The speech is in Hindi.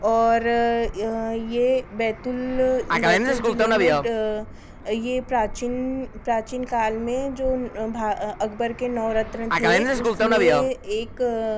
और यह बैतुल बैतुल ज़िले में यह प्राचीन प्राचीन काल में जो अकबर के नौ रत्न थे उसमें एक